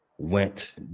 went